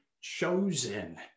chosen